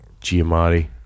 Giamatti